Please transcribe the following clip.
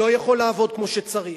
לא יכול לעבוד כמו שצריך,